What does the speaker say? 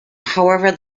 however